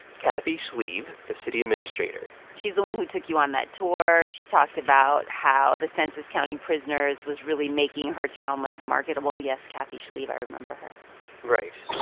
kathy schlieve, the city administrator she's the one who took you on that tour. she talked about how the census counting prisoners was really making her town less marketable. yes, kathy schlieve i remember her right.